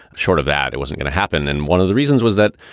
short of that, it wasn't going to happen. and one of the reasons was that,